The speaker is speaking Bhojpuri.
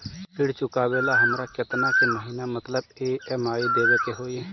ऋण चुकावेला हमरा केतना के महीना मतलब ई.एम.आई देवे के होई?